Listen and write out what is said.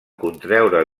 contreure